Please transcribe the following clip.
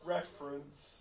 Reference